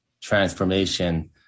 transformation